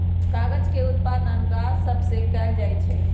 कागज के उत्पादन गाछ सभ से कएल जाइ छइ